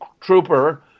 Trooper